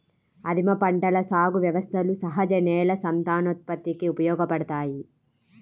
ఆదిమ పంటల సాగు వ్యవస్థలు సహజ నేల సంతానోత్పత్తికి ఉపయోగపడతాయి